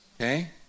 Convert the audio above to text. Okay